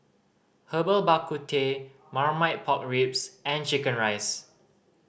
Herbal Bak Ku Teh Marmite Pork Ribs and chicken rice